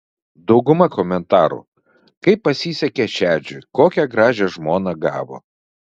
dauguma komentarų kaip pasisekė šedžiui kokią gražią žmoną gavo